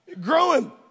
growing